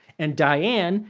and diane,